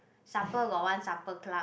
supper got one supper club